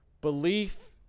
Belief